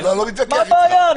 מה הבעיה בזה?